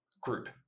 group